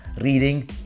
reading